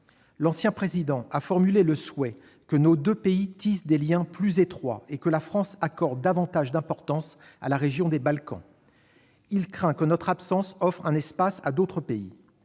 L'ancien président a formulé le souhait que nos deux pays tissent des liens plus étroits et que la France accorde davantage d'importance à la région des Balkans. Il craint que notre absence n'offre un espace à d'autres pays.